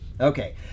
Okay